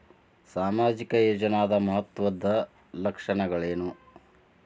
ಸಾಮಾಜಿಕ ಯೋಜನಾದ ಮಹತ್ವದ್ದ ಲಕ್ಷಣಗಳೇನು?